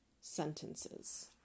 sentences